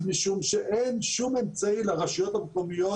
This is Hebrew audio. משום שאין שום אמצעי לרשויות המקומיות,